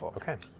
okay,